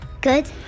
Good